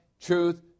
truth